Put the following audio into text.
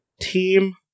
team